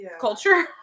culture